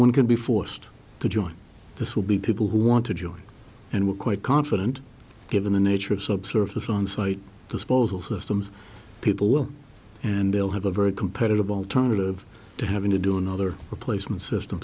one can be forced to join this will be people who want to join and we're quite confident given the nature of subsurface on site disposal systems people will and they'll have a very competitive alternative to having to do another replacement system